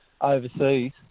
overseas